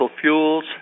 fuels